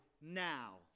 now